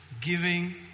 giving